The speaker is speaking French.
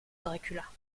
dracula